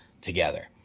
together